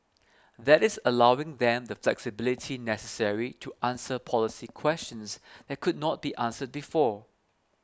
that is allowing them the flexibility necessary to answer policy questions that could not be answered before